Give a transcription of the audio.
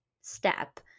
step